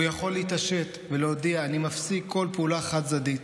והוא יכול להתעשת ולהודיע: אני מפסיק כל פעולה חד-צדדית,